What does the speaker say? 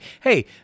hey